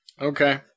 Okay